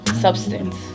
substance